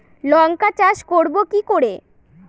লঙ্কা চাষ করব কি করে?